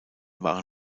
waren